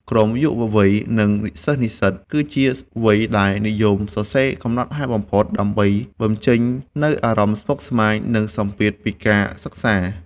ក្រុមយុវវ័យ និងសិស្សនិស្សិត គឺជាវ័យដែលនិយមសរសេរកំណត់ហេតុបំផុត ដើម្បីបញ្ចេញនូវអារម្មណ៍ស្មុគស្មាញ និងសម្ពាធពីការសិក្សា។